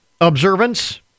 observance